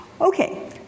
Okay